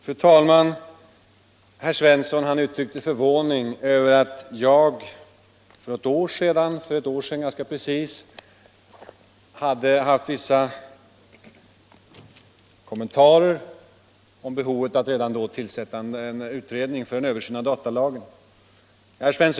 Fru talman! Herr Svensson i Eskilstuna uttryckte förvåning över att jag för ganska precis ett år sedan hede gjort vissa kommentarer beträffande behovet av att redan då tillsätta en utredning för översyn av datalagen.